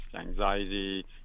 anxiety